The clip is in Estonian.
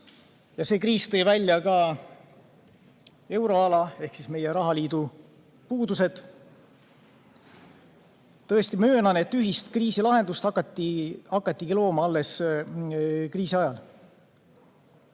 See kriis tõi välja euroala ehk meie rahaliidu puudused. Möönan, et ühist kriisilahendust hakatigi looma alles kriisi ajal.